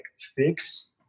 fix